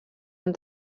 amb